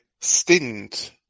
stint